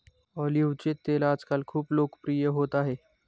ऑलिव्हचे तेल आजकाल खूप लोकप्रिय होत आहे